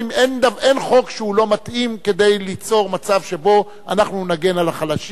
אין חוק שהוא לא מתאים כדי ליצור מצב שבו אנחנו נגן על החלשים.